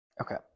Okay